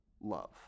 love